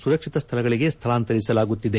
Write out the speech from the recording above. ಸುರಕ್ಷಿತ ಸ್ವಳಗಳಗೆ ಸ್ವಳಾಂತರಿಸಲಾಗುತ್ತಿದೆ